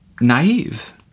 naive